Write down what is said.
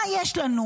מה יש לנו?